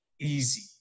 Easy